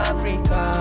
Africa